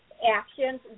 Actions